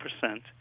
percent